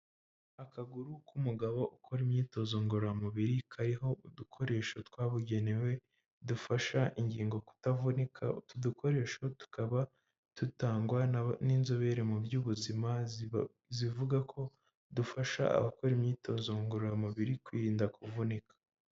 Akaguru k'umugabo ukora imyitozo ngororamubiri, kariho udukoresho twabugenewe dufasha ingingo kutavunika. Utu dukoresho tukaba dutangwa n'inzobere mu by'ubuzima zivuga ko dufasha abakora imyitozo ngororamubiri kwirinda kuvunika.